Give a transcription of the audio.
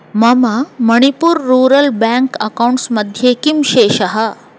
मम Manipur rural bank accounts मध्ये किं शेषः